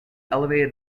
elevated